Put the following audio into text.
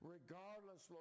Regardless